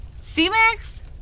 C-Max